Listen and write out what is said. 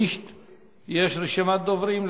יש רשימת דוברים?